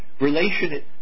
relation